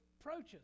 approaches